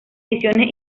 ediciones